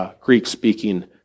Greek-speaking